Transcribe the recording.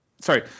sorry